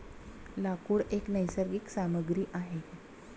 लाकूड एक नैसर्गिक सामग्री आहे